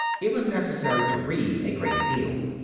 it was necessary to read a great deal.